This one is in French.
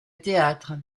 théâtre